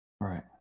right